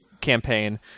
campaign